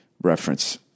reference